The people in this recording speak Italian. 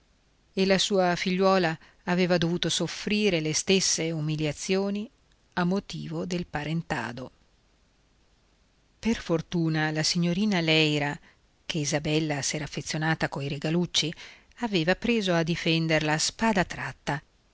e la sua figliuola aveva dovuto soffrire le stesse umiliazioni a motivo del parentado per fortuna la signorina di leyra che isabella s'era affezionata coi regalucci aveva preso a difenderla a spada tratta